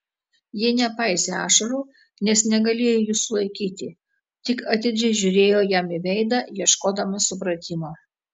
ji nepaisė ašarų nes negalėjo jų sulaikyti tik atidžiai žiūrėjo jam į veidą ieškodama supratimo